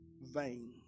vain